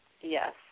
Yes